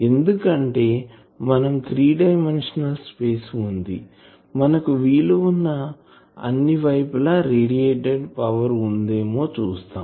ఎందుకంటే మనకు 3 dimensional space వుంది మనకు వీలువున్న అన్ని వైపులా రేడియేటెడ్ పవర్ ఉందేమో చూస్తాం